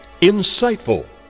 insightful